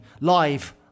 live